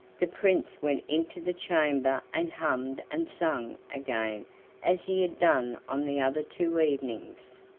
the prince went into the chamber and hummed and sang again as he had done on the other two evenings.